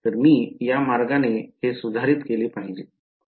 तर मी या मार्गाने हे सुधारित केले पाहिजे